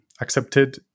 accepted